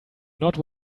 not